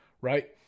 right